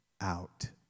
out